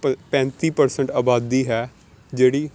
ਪ ਪੈਂਤੀ ਪਰਸੈਂਟ ਆਬਾਦੀ ਹੈ ਜਿਹੜੀ